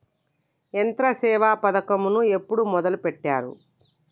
యంత్రసేవ పథకమును ఎప్పుడు మొదలెట్టారు?